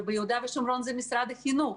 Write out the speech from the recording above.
וביהודה ושומרון זה משרד החינוך.